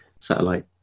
satellite